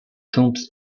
tombs